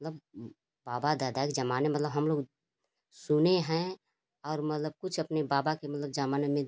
मतलब बाबा दादा के ज़माने में मतलब हम लोग सुने हैं और मतलब कुछ अपने बाबा के मतलब ज़माने में